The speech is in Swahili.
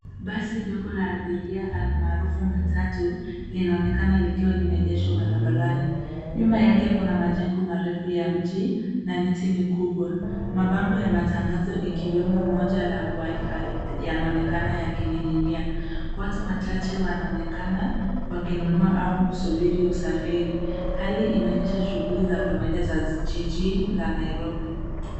Basi ndogo la abiria halmaarufu matatu, linaonekana likiwa limeegeshwa barabarani. Nyuma yake kuna majengo marefu ya mji na miti mikubwa. Mabango ya matangazo ikiwemo moja la WIFI yanaonekana yakining'inia. Watu wachache wanaonekana wakinunua au kusubiri usafiri. Hali inaonyesha shughuli za kawaida za jiji la Nairobi.